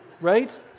right